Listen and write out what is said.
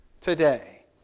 today